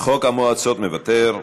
חוק המועצות, מוותר,